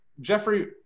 Jeffrey